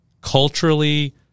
culturally